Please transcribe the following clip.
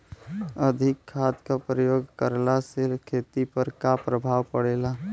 अधिक खाद क प्रयोग कहला से खेती पर का प्रभाव पड़ेला?